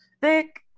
thick